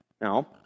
Now